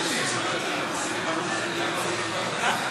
לוועדת העבודה, הרווחה והבריאות נתקבלה.